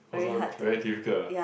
also very difficult lah